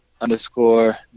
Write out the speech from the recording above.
underscore